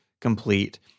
complete